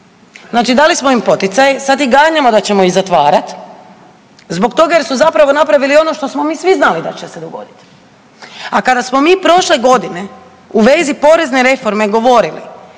Znači dali smo im poticaj, sad ih ganjamo da ćemo ih zatvarat zbog toga jer su zapravo napravili ono što smo mi svi znali da će se dogodit. A kada smo mi prošle godine u vezi porezne reforme govorili